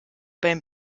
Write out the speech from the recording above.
bei